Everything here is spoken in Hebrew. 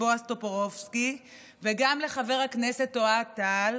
בועז טופורובסקי וגם לחבר הכנסת אוהד טל,